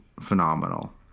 phenomenal